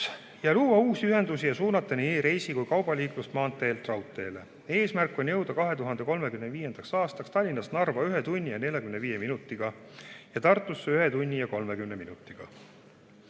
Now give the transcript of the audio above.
luua uusi ühendusi ja suunata nii reisi- kui ka kaubaliiklus maanteelt raudteele. Eesmärk on jõuda 2035. aastaks Tallinnast Narva ühe tunni ja 45 minutiga ning Tartusse ühe tunni ja 30 minutiga.